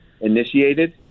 initiated